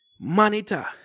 monitor